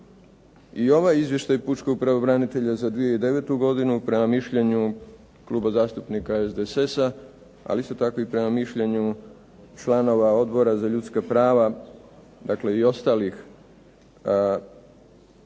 I ovaj izvještaj Pučkog pravobranitelja za 2009. godinu prema mišljenju Kluba zastupnika SDSS-a, ali isto tako i prema mišljenu članova Odbora za ljudska prava, dakle i ostalih,